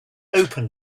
open